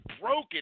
Broken